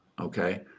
okay